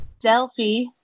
Delphi